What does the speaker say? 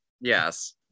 Yes